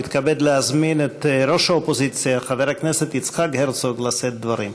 אני מתכבד להזמין את ראש האופוזיציה חבר הכנסת יצחק הרצוג לשאת דברים.